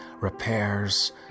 Repairs